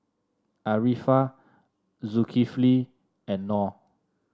Arifa Zulkifli and Nor